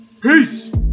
Peace